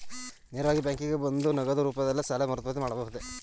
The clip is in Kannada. ನೇರವಾಗಿ ಬ್ಯಾಂಕಿಗೆ ಬಂದು ನಗದು ರೂಪದಲ್ಲೇ ಸಾಲ ಮರುಪಾವತಿಸಬಹುದೇ?